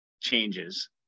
changes